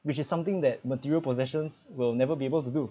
which is something that material possessions will never be able to do